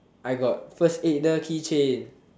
I got first aider keychain